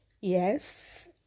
yes